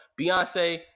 beyonce